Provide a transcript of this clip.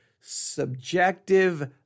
subjective